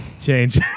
change